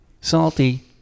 Salty